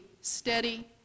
steady